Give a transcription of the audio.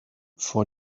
vor